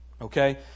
Okay